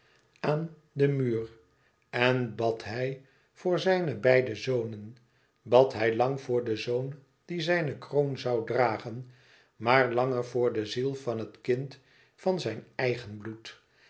aan den muur en bad hij voor zijne beide zonen bad hij lang voor den zoon die zijne kroon zoû dragen maar langer voor de ziel van het kind van zijn éigen bloed